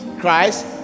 christ